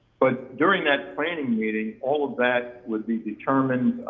but during that planning meeting, all of that would be determined,